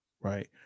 right